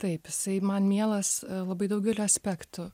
taip jisai man mielas labai daugeliu aspektų